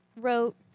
wrote